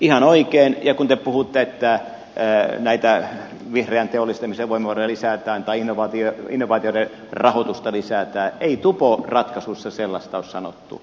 ihan oikein ja kun te puhutte että näitä vihreän teollistamisen voimavaroja lisätään tai innovaatioiden rahoitusta lisätään ei tuporatkaisuissa sellaista ole sanottu